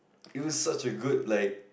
he was such a good leh